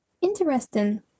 Interesting